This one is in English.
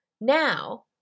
Now